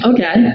Okay